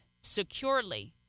securely